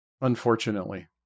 Unfortunately